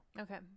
Okay